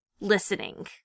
listening